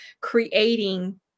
creating